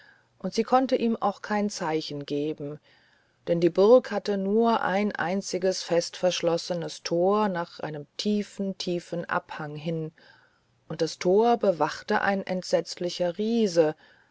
und sie konnte ihm auch kein zeichen geben denn die burg hatte nur ein einziges festverschlossenes tor nach einem tiefen tiefen abhang hin und das tor bewachte ein entsetzlicher riese